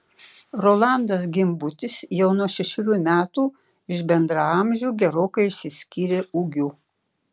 rolandas gimbutis jau nuo šešerių metų iš bendraamžių gerokai išsiskyrė ūgiu